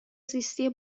زیستی